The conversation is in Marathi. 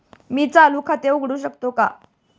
मी चालू खाते उघडू शकतो का?